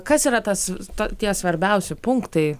kas yra tas ta tie svarbiausi punktai